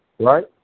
Right